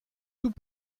tout